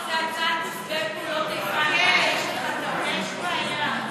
זאת הצעת חוק נפגעי פעולות איבה.